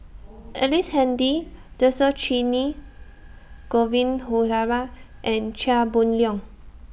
Ellice Handy Dhershini Govin Winodan and Chia Boon Leong